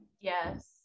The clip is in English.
Yes